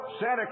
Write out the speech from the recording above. Santa